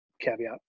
caveat